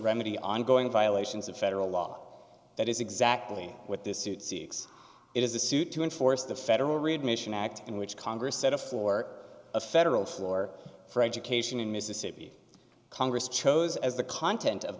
remedy ongoing violations of federal law that is exactly what this suit seeks it is a suit to enforce the federal readmission act in which congress set up for a federal floor for education in mississippi congress chose as the content of